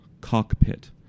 Cockpit